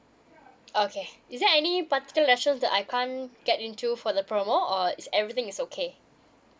okay is there any particular action that I can't get into for the promo or is everything is okay